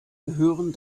gehören